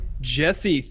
Jesse